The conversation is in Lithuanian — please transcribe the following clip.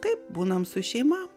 taip būnam su šeima